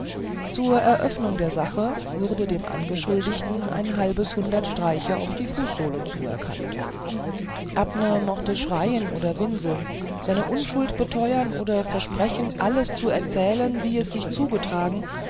zur eröffnung der sache wurde dem angeschuldigten ein halbes hundert streiche auf die fußsohlen zuerkannt abner mochte schreien oder winseln seine unschuld beteuern oder versprechen alles zu erzählen wie es sich zugetragen